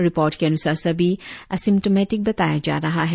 report के अन्सार सभी एसिमटोमेटिक बताया जा रहा है